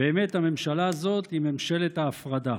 באמת הממשלה הזאת היא ממשלת ההפרדה,